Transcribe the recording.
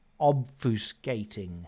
obfuscating